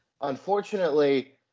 unfortunately